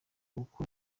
kuko